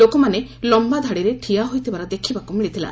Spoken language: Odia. ଲୋକମାନେ ଲମ୍ଘା ଧାଡ଼ିରେ ଠିଆ ହୋଇଥିବାର ଦେଖିବାକୁ ମିଳିଥିଲା